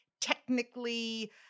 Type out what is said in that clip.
technically